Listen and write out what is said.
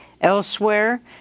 Elsewhere